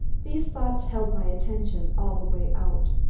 these thoughts held my attention all the way out.